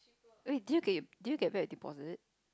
wait did you get your did you get back your deposit